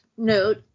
note